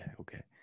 okay